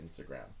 Instagram